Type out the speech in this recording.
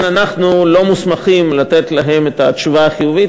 אנחנו לא מוסמכים לתת להם תשובה חיובית